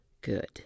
Good